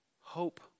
hope